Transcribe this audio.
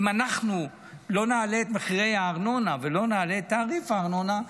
ואם אנחנו לא נעלה את מחירי הארנונה ולא נעלה את תעריף הארנונה,